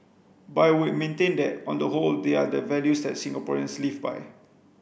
but I would maintain that on the whole they are the values that Singaporeans live by